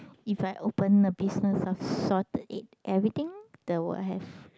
if I open a business of salted egg everything there will have